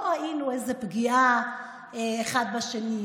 לא ראינו פגיעה אחד בשני.